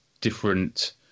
different